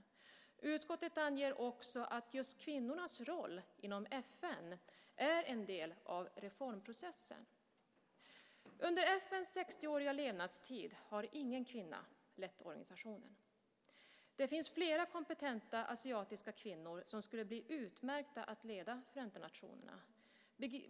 Utskottet anger också att just kvinnornas roll inom FN är en del av reformprocessen. Under FN:s 60-åriga levnadstid har ingen kvinna lett organisationen. Det finns flera kompetenta asiatiska kvinnor som skulle vara utmärkta ledare för Förenta nationerna.